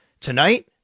tonight